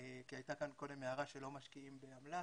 כי הייתה כאן קודם הערה שלא משקיעים באמל"ט,